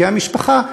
בערכי המשפחה,